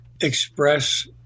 express